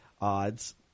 odds